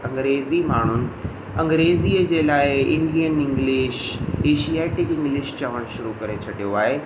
अंग्रेज़ी माण्हू अंग्रेज़ीअ जे लाइ इंडियन इंग्लिश एशिऐटिक इंग्लिश चवणु शुरू करे छॾियो आहे